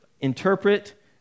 interpret